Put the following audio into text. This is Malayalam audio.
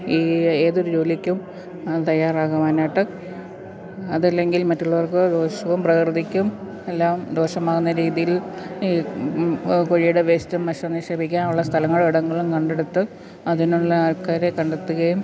ഈ ഏതൊരു ജോലിക്കും തയ്യാറാകുവാനായിട്ട് അതല്ലെങ്കിൽ മറ്റുള്ളവർക്ക് ദോഷവും പ്രകൃതിക്കും എല്ലാം ദോഷമാകുന്ന രീതിയിൽ ഈ കോഴിയുടെ വേസ്റ്റും മനുഷ്യന് നിക്ഷേപിക്കാനുള്ള സ്ഥലങ്ങൾ എവിടെയെങ്കിലും കണ്ടെടുത്ത് അതിനുള്ള ആൾക്കാരെ കണ്ടത്തുകയും